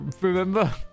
remember